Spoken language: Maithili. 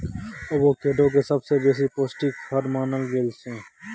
अबोकेडो केँ सबसँ बेसी पौष्टिक फर मानल गेल छै